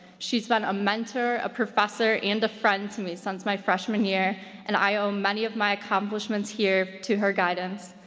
she's been a mentor, a professor, and a friend to me since my freshman year, and i owe many of my accomplishments here to her guidance.